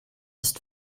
ist